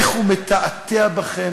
איך הוא מתעתע בכם,